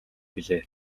билээ